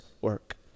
work